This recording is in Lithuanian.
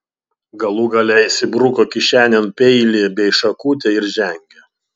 galų gale įsibruko kišenėn peilį bei šakutę ir žengė